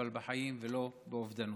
אבל בחיים ולא באובדנות.